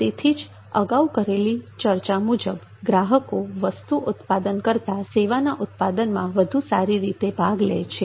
તેથી જ અગાઉ કરેલી ચર્ચા મુજબ ગ્રાહકો વસ્તુ ઉત્પાદન કરતા સેવાના ઉત્પાદનમાં વધુ સારી રીતે ભાગ લે છે